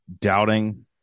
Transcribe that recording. doubting